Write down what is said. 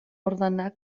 ordenar